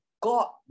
God